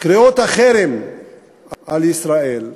קריאות החרם על ישראל,